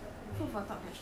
okay you ready